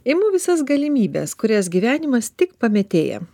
imu visas galimybes kurias gyvenimas tik pamėtėja